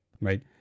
right